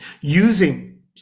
using